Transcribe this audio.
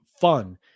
fun